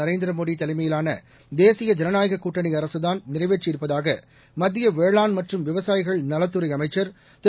நரேந்திரமோடி தலைமையிலான தேசிய ஜனநாயகக் தான் நிறைவேற்றியிருப்பதாக மத்திய வேளாண் மற்றும் விவசாயிகள் நலத்துறை அமைச்சர் திரு